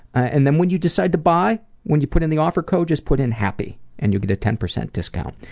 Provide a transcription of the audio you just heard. and then when you decide to buy, when you put in the offer code, just put in happy and you get a ten percent discount.